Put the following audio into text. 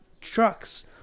trucks